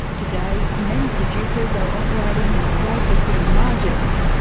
today many producers are operating with wafer-thin margins.